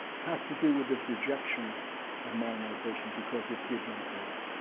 has to do with this rejection of modernization because it did not work